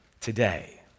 today